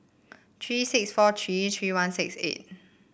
three six four three three one six eight